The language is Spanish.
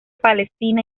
palestina